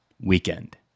weekend